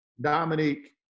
Dominique